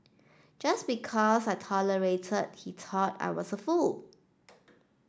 just because I tolerated he thought I was a fool